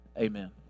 Amen